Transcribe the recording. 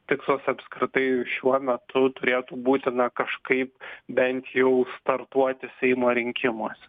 tikslas apskritai šiuo metu turėtų būti na kažkaip bent jau startuoti seimo rinkimuos